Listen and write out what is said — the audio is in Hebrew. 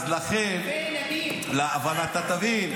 אבל תבין,